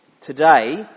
today